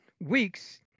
weeks